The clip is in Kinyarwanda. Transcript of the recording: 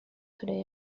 toure